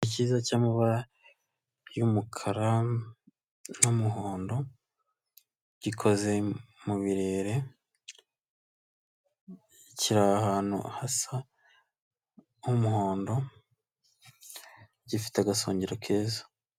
Ikiza cy'amabara y'umukara n'umuhondo gikoze murere, kiri ahantu hasa h'umuhondo gifite agasongero keza.